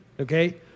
Okay